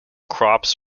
crops